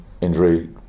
injury